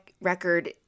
record